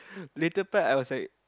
later part I was like